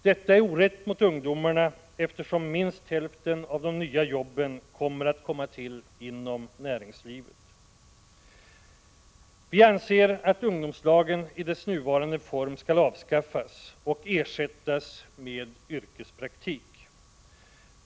Detta är orätt mot ungdomarna eftersom minst hälften av de nya jobben måste komma till inom näringslivet. Centerpartiet anser att ungdomslagen i dess nuvarande form skall avskaffas och ersättas med yrkespraktik.